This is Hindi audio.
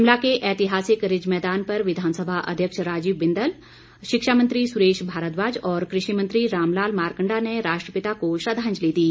शिमला के ऐतिहासिक रिज मैदान पर विधानसभा अध्यक्ष राजीव बिंदल शिक्षा मंत्री सुरेश भारद्वाज और कृषि मंत्री रामलाल मारकंडा ने राष्ट्रपिता को श्रद्दांजलि दी